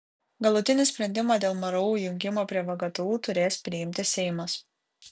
galutinį sprendimą dėl mru jungimo prie vgtu turės priimti seimas